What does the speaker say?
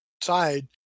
side